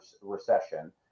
recession